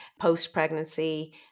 post-pregnancy